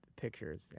pictures